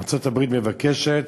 ארצות-הברית מבקשת